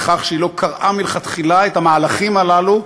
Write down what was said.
בכך שהיא לא קראה מלכתחילה את המהלכים הללו,